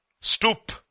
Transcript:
Stoop